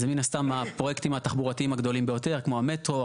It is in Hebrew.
זה מן הסתם הפרויקטים התחבורתיים הגדולים ביותר כמו המטרו,